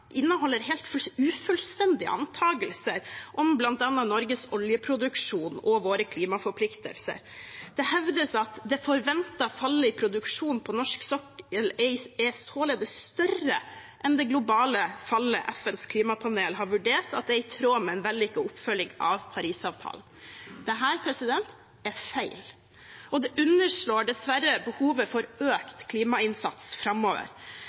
inneholder helt ufullstendige antakelser om bl.a. Norges oljeproduksjon og våre klimaforpliktelser. Det hevdes at det «forventede fallet i produksjonen på norsk sokkel er således større enn det globale fallet FNs klimapanel har vurdert at er i tråd med en vellykket oppfølgning av Parisavtalen.» Dette er feil. Det underslår dessverre behovet for økt klimainnsats framover.